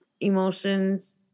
emotions